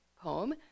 poem